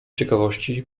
ciekawości